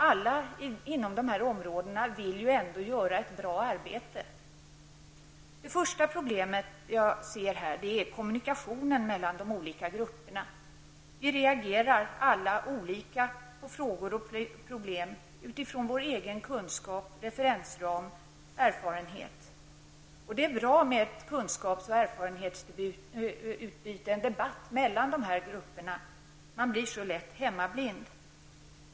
Alla inom dessa områden vill ju ändå göra ett bra arbete. Det första problem som jag ser i detta sammanhang är kommunikationen mellan de olika grupperna. Vi reagerar alla olika på frågor och problem utifrån vår egen kunskap, referensram och erfarenhet. Det är bra med ett kunskaps och erfarenhetsutbyte och debatt mellan dessa grupper. Man blir så lätt hemmablind.